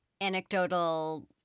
anecdotal